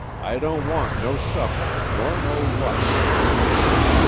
i don't want no supper, nor no light, he said.